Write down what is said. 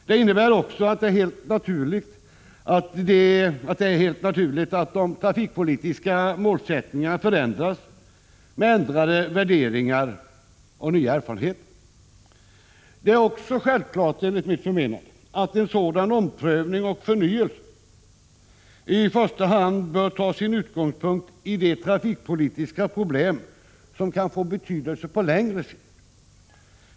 Det innebär också att det är helt naturligt att de trafikpolitiska målsättningarna förändras med ändrade värderingar och nya erfarenheter. Det innebär självfallet också enligt mitt förmenande att en sådan omprövning och förnyelse i första hand bör ta sin utgångspunkt i de trafikpolitiska problem som kan få betydelse på längre sikt.